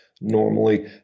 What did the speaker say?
normally